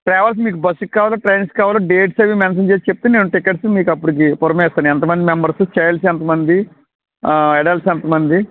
travels మీకు బస్సుకి కావాలా ట్రైన్స్కి కావాలా డేట్స్ అవి మెన్షన్ చేసి చెప్తే మేము టికెట్స్ మీకు అప్పటికి పురమాయిస్తాను ఎంతమంది మెంబర్స్ చిల్డ్రన్ ఎంత మంది అడల్ట్స్ ఎంత మంది